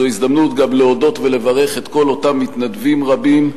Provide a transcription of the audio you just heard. זו הזדמנות גם להודות ולברך את כל אותם מתנדבים רבים,